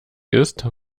ist